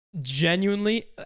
Genuinely